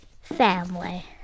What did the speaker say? family